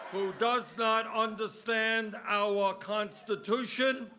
who does not understand our constitution